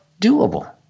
doable